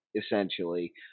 essentially